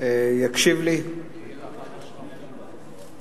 יקשיב לי, בסדר.